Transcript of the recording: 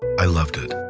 i loved it.